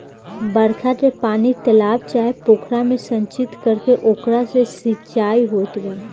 बरखा के पानी के तालाब चाहे पोखरा में संचित करके ओकरा से सिंचाई होत बा